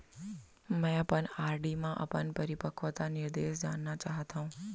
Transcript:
मै अपन आर.डी मा अपन परिपक्वता निर्देश जानना चाहात हव